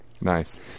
nice